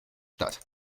statt